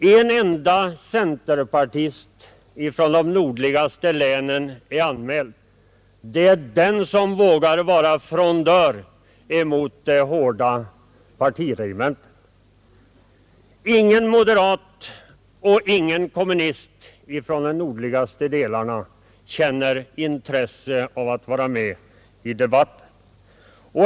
En enda centerpartist från de nordligaste länen är anmäld, han som vågar vara frondör mot det hårda partiregementet. Men ingen moderat och ingen kommunist från de nordligaste delarna av vårt land känner intresse av att vara med i debatten.